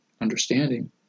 understanding